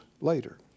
later